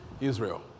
Israel